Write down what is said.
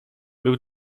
był